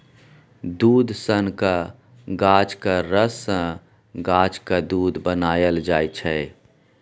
दुध सनक गाछक रस सँ गाछक दुध बनाएल जाइ छै